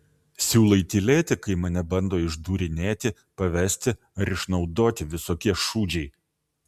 siūlai tylėti kai mane bando išdūrinėti pavesti ar išnaudoti visokie šūdžiai